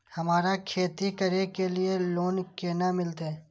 हमरा खेती करे के लिए लोन केना मिलते?